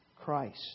Christ